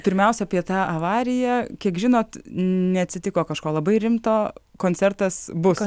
pirmiausia apie tą avariją kiek žinot neatsitiko kažko labai rimto koncertas bus